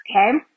okay